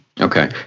Okay